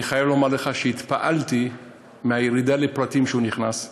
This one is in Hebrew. ואני חייב לומר לך שהתפעלתי מהירידה לפרטים שהוא נכנס אליה.